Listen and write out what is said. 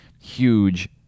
huge